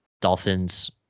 Dolphins